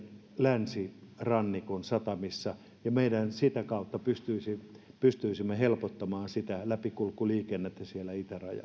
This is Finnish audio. länsirannikon satamissa sitä kautta me pystyisimme helpottamaan sitä läpikulkuliikennettä siellä